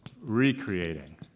recreating